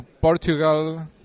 Portugal